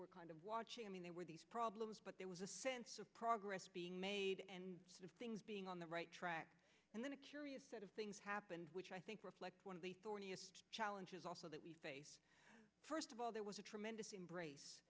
were kind of watching i mean they were these problems but there was a sense of progress being made and things being on the right track and then a curious sort of things happened which i think reflects one of the thorniest challenges also that we face first of all there was a tremendous embrace